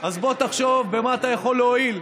אז בוא תחשוב במה אתה יכול להועיל,